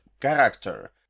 character